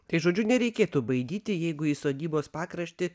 tai žodžiu nereikėtų baidyti jeigu į sodybos pakraštį